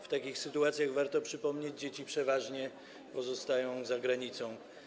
W takich sytuacjach, warto przypomnieć, dzieci przeważnie pozostają za granicą.